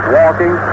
walking